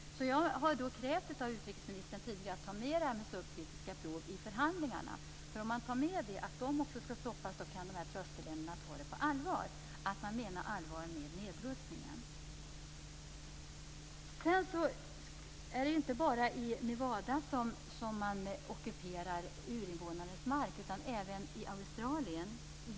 Jag har tidigare krävt av utrikesministern att ta med frågan om subkritiska prov i förhandlingarna. Om man tar med att också de skall stoppas kan dessa tröskelländer förstå att man menar allvar med nedrustningen. Det är inte bara i Nevada som man ockuperar urinvånares mark. Det sker även i Australien.